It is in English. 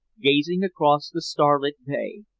gazing across the starlit bay.